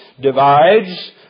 divides